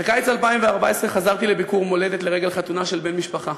בקיץ 2014 חזרתי לביקור מולדת לרגל חתונה של בן משפחה.